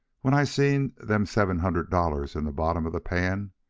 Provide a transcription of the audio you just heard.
when i seen them seven hundred dollars in the bottom of the pan,